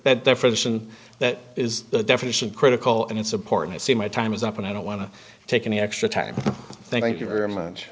friction that is the definition critical and it's important i see my time is up and i don't want to take any extra time thank you very much